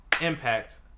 impact